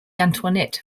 antoinette